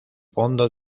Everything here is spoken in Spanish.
fondo